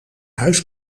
huis